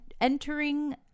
entering